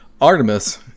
artemis